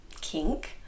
kink